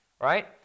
right